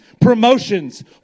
promotions